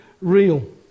real